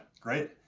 great